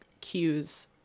cues